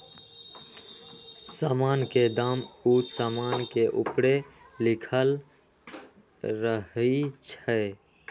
समान के दाम उ समान के ऊपरे लिखल रहइ छै